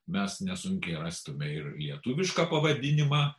mes nesunkiai rastume ir lietuvišką pavadinimą